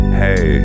hey